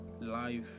life